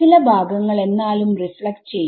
ചില ഭാഗങ്ങൾ എന്നാലും റിഫ്ലക്റ്റ് ചെയ്യും